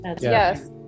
Yes